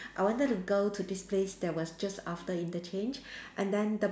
I wanted to go to this place that was just after interchange and then the